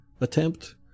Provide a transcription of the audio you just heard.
attempt